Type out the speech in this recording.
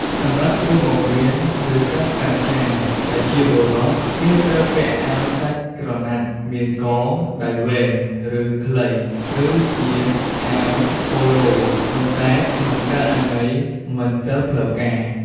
សម្រាប់គ្រូបង្រៀន ឬ សាស្ត្រាចារ្យដែលជាបុរស គេត្រូវពាក់អាវសាច់ក្រណាត់មានក ដៃវែង ឬ ខ្លី ឬជាអាវប៉ូឡូ ប៉ុន្តែក្នុងករណីមិនសូវផ្លូវការ។